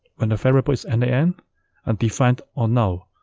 when the variable is and nan, undefined or null,